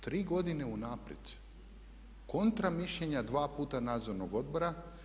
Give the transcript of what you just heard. Tri godine unaprijed, kontra mišljenja dva puta nadzornog odbora.